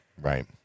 right